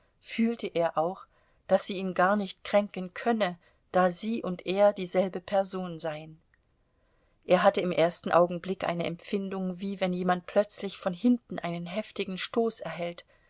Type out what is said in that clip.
fühlte er auch daß sie ihn gar nicht kränken könne daß sie und er dieselbe person seien er hatte im ersten augenblick eine empfindung wie wenn jemand plötzlich von hinten einen heftigen stoß erhält